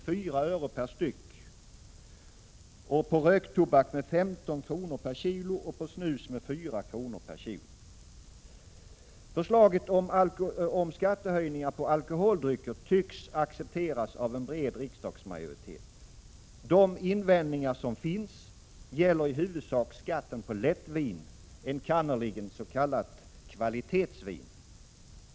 Förslaget om skattehöjningar på alkoholdrycker tycks accepteras av en bred riksdagsmajoritet. De invändningar som finns gäller i huvudsak skatten på lättvin, enkannerligen s.k. kvalitetsvin.